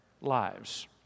lives